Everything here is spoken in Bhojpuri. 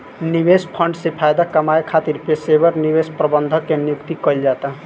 निवेश फंड से फायदा कामये खातिर पेशेवर निवेश प्रबंधक के नियुक्ति कईल जाता